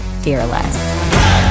fearless